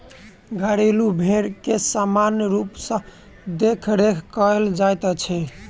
घरेलू भेंड़ के सामान्य रूप सॅ देखरेख कयल जाइत छै